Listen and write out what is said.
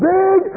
big